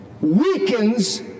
weakens